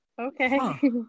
okay